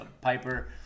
Piper